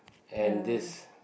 and this